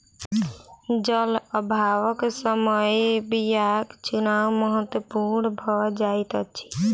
जल अभावक समय बीयाक चुनाव महत्पूर्ण भ जाइत अछि